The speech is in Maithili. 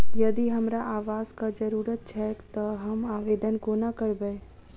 यदि हमरा आवासक जरुरत छैक तऽ हम आवेदन कोना करबै?